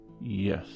Yes